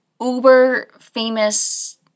uber-famous